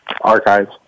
archives